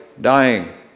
dying